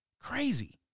crazy